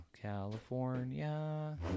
California